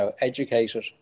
educated